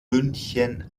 münchen